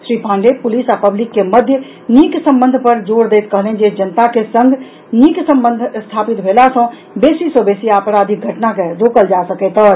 Shri Pandey police आ public के मध्य नीक संबंध पर जोर दैत कहलनि जे जनता के संग नीक संबंध स्थापित भेला सॅ बेसी सॅ बेसी आपराधिक घटना के रोकल जा सकैत अछि